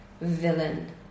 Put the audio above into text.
villain